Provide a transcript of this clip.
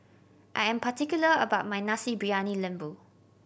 I am particular about my Nasi Briyani Lembu